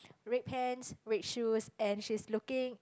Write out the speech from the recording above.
red pants red shoes and she is looking